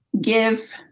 give